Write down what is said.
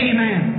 Amen